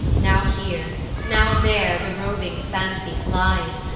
now here, now there, the roving fancy flies,